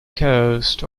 coast